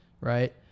Right